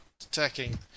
attacking